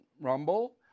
rumble